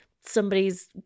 somebody's